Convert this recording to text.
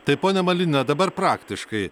tai ponia malinina dabar praktiškai